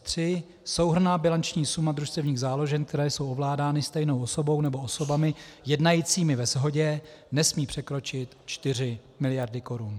3: Souhrnná bilanční suma družstevních záložen, které jsou ovládány stejnou osobou nebo osobami jednajícími ve shodě, nesmí překročit 4 mld. korun.